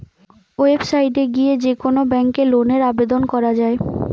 website এ গিয়ে যে কোন ব্যাংকে লোনের আবেদন করা যায়